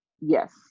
yes